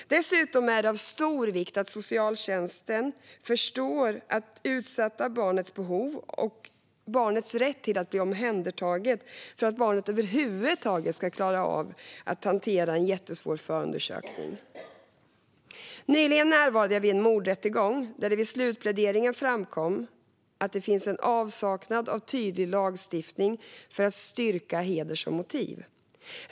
Dessutom är det av stor vikt att socialtjänsten förstår det utsatta barnets behov av och rätt att bli omhändertaget för att barnet över huvud taget ska klara av att hantera en jättesvår förundersökning. Nyligen närvarade jag vid en mordrättegång, där det vid slutpläderingen framkom att det finns en avsaknad av tydlig lagstiftning för att styrka heder som motiv.